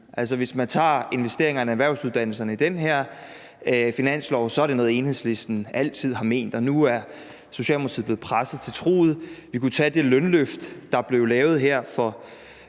hvis man tager investeringerne i erhvervsuddannelserne på den her finanslov, er det noget, Enhedslisten altid har ment, og nu er Socialdemokratiet blevet presset til truget. Vi kunne tage det lønløft, der blev lavet her for